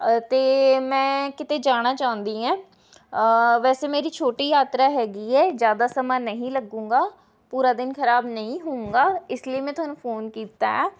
ਅਤੇ ਮੈਂ ਕਿਤੇ ਜਾਣਾ ਚਾਹੁੰਦੀ ਹਾਂ ਵੈਸੇ ਮੇਰੀ ਛੋਟੀ ਯਾਤਰਾ ਹੈਗੀ ਹੈ ਜ਼ਿਆਦਾ ਸਮਾਂ ਨਹੀਂ ਲੱਗੂੰਗਾ ਪੂਰਾ ਦਿਨ ਖਰਾਬ ਨਹੀਂ ਹੋਉਂਗਾ ਇਸ ਲਈ ਮੈਂ ਤੁਹਾਨੂੰ ਫੋਨ ਕੀਤਾ ਹੈ